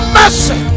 mercy